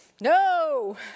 no